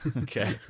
Okay